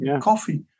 coffee